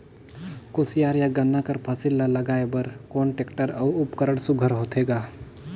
कोशियार या गन्ना कर फसल ल लगाय बर कोन टेक्टर अउ उपकरण सुघ्घर होथे ग?